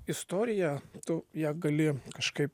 istorija tu ją gali kažkaip